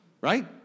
right